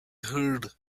heard